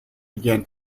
began